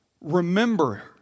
remember